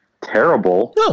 terrible